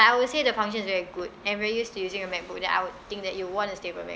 I will say the functions is very good and we're used to using a macbook then I would think that you'd want to stay by